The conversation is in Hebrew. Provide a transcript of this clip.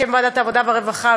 בשם ועדת העבודה והרווחה,